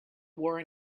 wore